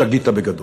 שגית בגדול.